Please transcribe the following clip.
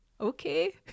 Okay